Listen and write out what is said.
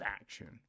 action